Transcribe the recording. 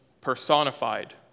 personified